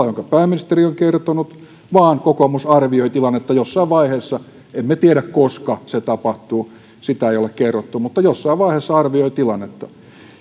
jonka pääministeri on kertonut vaan kokoomus arvioi tilannetta jossain vaiheessa emme tiedä koska se tapahtuu sitä ei ole kerrottu mutta jossain vaiheessa arvioi tilannetta